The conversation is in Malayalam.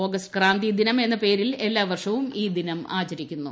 ആഗസ്റ്റ് ക്രാന്തിദിനം എന്ന പേരിലാണ് എല്ലാ വർഷവും ഈ ദിനം ആചരിക്കുന്നത്